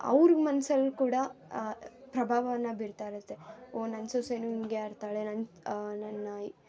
ಅವ್ರ ಮನ್ಸಲ್ಲಿ ಕೂಡ ಪ್ರಭಾವವನ್ನು ಬೀರ್ತಾ ಇರುತ್ತೆ ಓ ನನ್ನ ಸೊಸೆಯೂ ಹಿಂಗೆ ಆಡ್ತಾಳೆ ನನ್ನ ನನ್ನ